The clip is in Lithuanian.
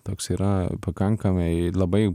toks yra pakankamai labai